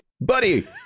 buddy